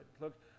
Look